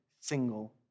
single